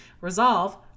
Resolve